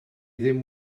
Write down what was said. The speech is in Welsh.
ddim